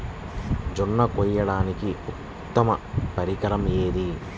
జొన్న కోయడానికి ఉత్తమ పరికరం ఏది?